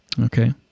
Okay